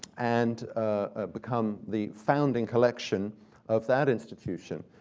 and become the founding collection of that institution.